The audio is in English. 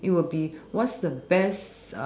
it will be what's the best